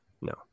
No